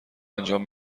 انجام